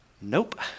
Nope